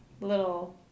little